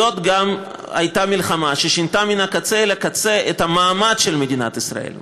זאת גם הייתה מלחמה ששינתה מן הקצה לקצה את המעמד של מדינת ישראל.